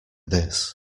this